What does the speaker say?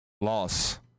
loss